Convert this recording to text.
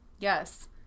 Yes